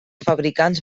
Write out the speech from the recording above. fabricants